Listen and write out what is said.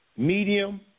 Medium